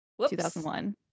2001